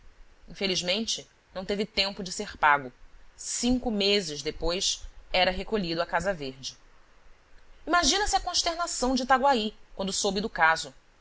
infelizmente não teve tempo de ser pago cinco meses depois era recolhido à casa verde imagina se a consternação de itaguaí quando soube do caso